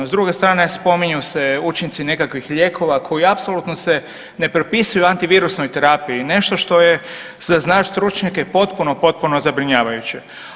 S druge strane, spominju se učinci nekakvih lijekova koji apsolutno se ne propisuju antivirusnoj terapiji, nešto što je za nas stručnjake potpuno, potpuno zabrinjavajuće.